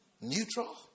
Neutral